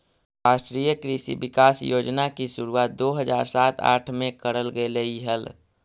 राष्ट्रीय कृषि विकास योजना की शुरुआत दो हज़ार सात आठ में करल गेलइ हल